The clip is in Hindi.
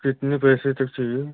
कितने पैसे तक चाहिए